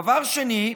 דבר שני,